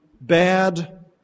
bad